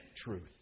truth